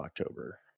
October